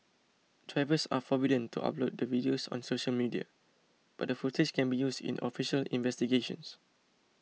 drivers are forbidden to upload the videos on social media but the footage can be used in official investigations